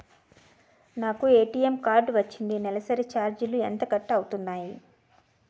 నాకు ATM card వచ్చింది నెలసరి ఛార్జీలు ఎంత కట్ అవ్తున్నాయి?